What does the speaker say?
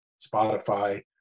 Spotify